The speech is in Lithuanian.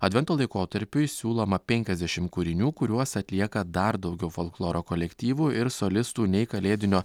advento laikotarpiui siūloma penkiasdešimt kūrinių kuriuos atlieka dar daugiau folkloro kolektyvų ir solistų nei kalėdinio